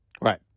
Right